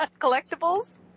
collectibles